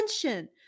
attention